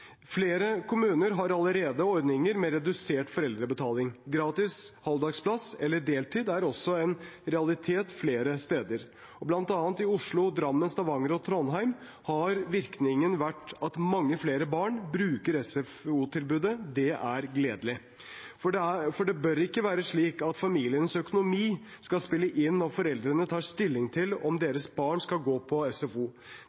Flere kommuner har allerede ordninger med redusert foreldrebetaling. Gratis halvdagsplass eller deltid er også en realitet flere steder. Og bl.a. i Oslo, Drammen, Stavanger og Trondheim har virkningen vært at mange flere barn bruker SFO-tilbudet. Det er gledelig. For det bør ikke være slik at familiens økonomi skal spille inn når foreldre tar stilling til om